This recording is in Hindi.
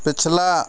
पिछला